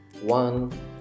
One